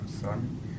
son